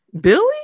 Billy